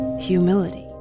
humility